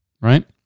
Right